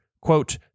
quote